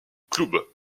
club